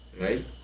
right